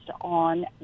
on